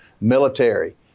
Military